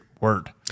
word